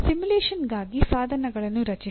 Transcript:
ಸಿಮ್ಯುಲೇಶನ್ಗಾಗಿ ಸಾಧನಗಳನ್ನು ರಚಿಸಿ